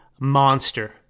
monster